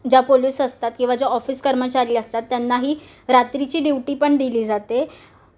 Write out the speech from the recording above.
ज्या पोलिस असतात किंवा ज्या ऑफिस कर्मचारी असतात त्यांनाही रात्रीची ड्युटी पण दिली जाते